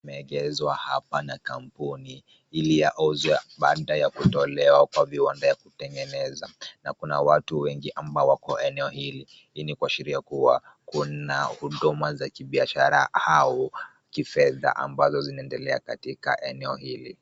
Imeegeshwa hapa na kampuni ili yauzwe baada ya kutolewa kwa viwanda ya kutengeneza na kuna watu wengi ambao wako eneo hili. Hii ni kuashiria kuwa kuna huduma za kibiashara au kifedha ambazo zinaendelea katika eneo hili.